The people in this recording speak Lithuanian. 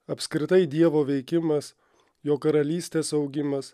apskritai dievo veikimas jo karalystės augimas